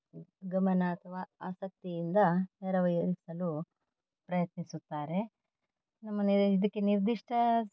ಗಮನ ಅಥವಾ ಆಸಕ್ತಿಯಿಂದ ನೆರವೇರಿಸಲು ಪ್ರಯತ್ನಿಸುತ್ತಾರೆ ನಮ್ಮನ್ನು ಇದಕ್ಕೆ ನಿರ್ದಿಷ್ಟ